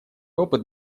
опыт